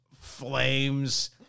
flames